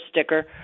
sticker